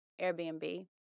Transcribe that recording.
Airbnb